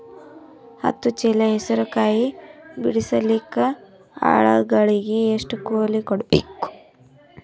ಹತ್ತು ಚೀಲ ಹೆಸರು ಕಾಯಿ ಬಿಡಸಲಿಕ ಆಳಗಳಿಗೆ ಎಷ್ಟು ಕೂಲಿ ಕೊಡಬೇಕು?